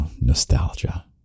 Nostalgia